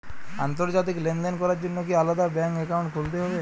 আন্তর্জাতিক লেনদেন করার জন্য কি আলাদা ব্যাংক অ্যাকাউন্ট খুলতে হবে?